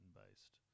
based